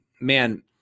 man